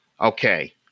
Okay